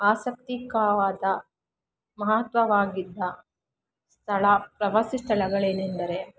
ಆಸಕ್ತಿಕರವಾದ ಮಹತ್ವವಾಗಿದ್ದ ಸ್ಥಳ ಪ್ರವಾಸಿ ಸ್ಥಳಗಳೇನೆಂದರೆ